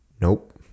Nope